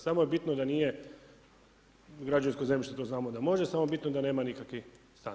Samo je bitno da nije građevinsko zemljište, to znamo da može, samo je bitno da nema nikakvi stan.